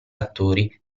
attori